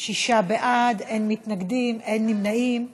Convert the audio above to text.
שישה בעד, אין מתנגדים, אין נמנעים.